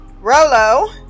Rolo